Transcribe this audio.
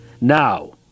Now